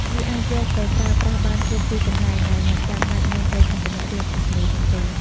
វាអាចយកទៅប្រើប្រាស់បានគ្រប់ទីកន្លែង ដោយមិនចាំបាច់មានប្រេងឥន្ធនៈ ឬអគ្គិសនីនោះទេ។